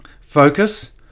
Focus